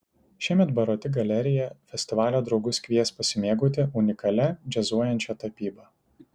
šiemet baroti galerija festivalio draugus kvies pasimėgauti unikalia džiazuojančia tapyba